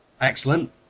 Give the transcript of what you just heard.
Excellent